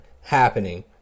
happening